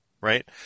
Right